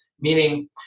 meaning